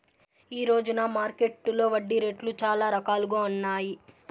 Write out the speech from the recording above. ఈ రోజున మార్కెట్టులో వడ్డీ రేట్లు చాలా రకాలుగా ఉన్నాయి